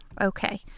Okay